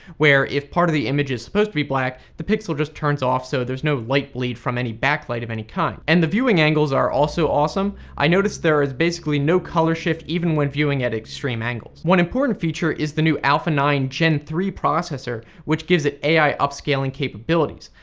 where if part of the image is supposed to be black, the pixel just turns off, so there is no light bleed from any backlight of any kind. and the viewing angles are also awesome, i noticed basically no color shift even when viewing at extreme angles. one important feature is the new alpha nine gen three processor, which gives it ai upscaling capabilities.